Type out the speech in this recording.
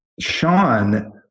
Sean